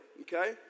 Okay